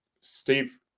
Steve